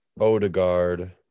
Odegaard